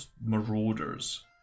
marauders